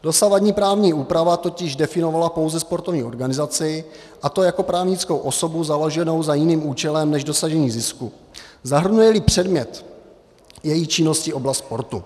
Dosavadní právní úprava totiž definovala pouze sportovní organizaci, a to jako právnickou osobu založenou za jiným účelem než dosažení zisku, zahrnujeli předmět její činnosti oblast sportu.